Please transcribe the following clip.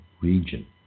region